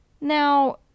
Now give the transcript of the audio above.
Now